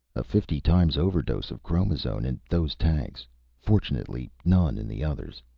a fifty-times over-dose of chromazone in those tanks fortunately none in the others.